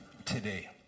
today